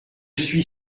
suis